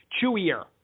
chewier